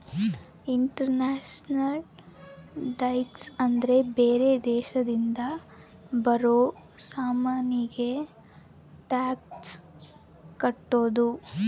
international tax ಅಂದ್ರ ಬೇರೆ ದೇಶದಿಂದ ಬರೋ ಸಾಮಾನಿಗೆ ಟ್ಯಾಕ್ಸ್ ಕಟ್ಟೋದು